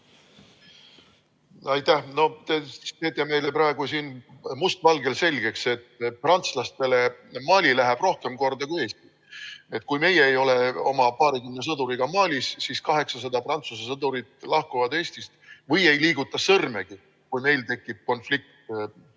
Aitäh! No te teete meile praegu siin must valgel selgeks, et prantslastele läheb Mali rohkem korda kui Eesti. Et kui meie ei ole oma paarikümne sõduriga Malis, siis 800 Prantsuse sõdurit lahkuvad Eestist või ei liiguta sõrmegi, kui meil tekib konflikt